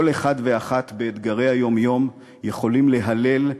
כל אחד ואחת באתגרי היום-יום יכולים להלל,